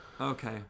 Okay